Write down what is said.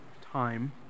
time